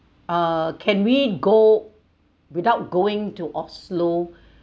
uh can we go without going to oslo